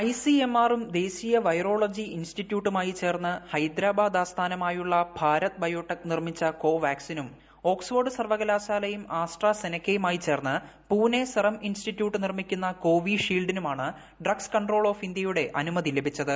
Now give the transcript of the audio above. ഐസിഎംആറും ദേശീയ ക്ലെവ്യോളജി ഇൻസ്റ്റിട്യൂട്ടുമായി ചേർന്ന് ഹൈദരബാദ് ആസ്ഥാനമായുള്ള ഭാരത് ബയോട്ടെക്ക് നിർമ്മിച്ച കോവാക്സിനും ഓക്സ്ഫോർഡ് സർവ്വകലാശാലയും ആസ്ട്ര സെനക്കായുമായി ചേർന്ന് പൂനൈ സിറം ഇൻസ്റ്റിറ്റ്യൂട്ട് നിർമ്മിക്കുന്ന കോവിഷീൽഡിനും ആണ് ഡ്രഗ്സ് കൺട്രോൾ ഓഫ് ഇന്ത്യയുടെ അനുമതി ലഭിച്ചത്